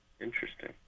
Interesting